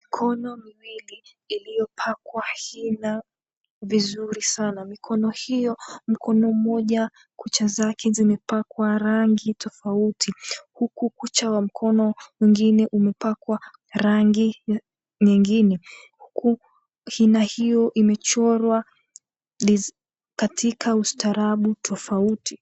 Mikono miwili iliyopakwa hina vizuri sana. Mikono hiyo, mkono mmoja kucha zake zimepakwa rangi tofauti. Huku kucha wa mkono mwingine umepakwa rangi nyingine. Huku hina hiyo imechorwa katika ustaarabu tofauti.